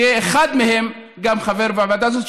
שיהיה אחד מהם גם חבר בוועדה הזו,